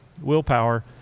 Willpower